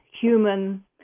human